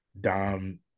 Dom